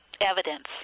evidence